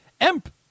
Emp